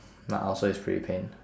my ulcer is pretty pain